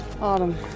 Autumn